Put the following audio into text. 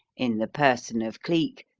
in the person of cleek,